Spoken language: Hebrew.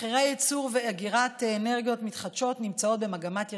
מחירי ייצור ואגירת אנרגיות מתחדשות נמצאים במגמת ירידה,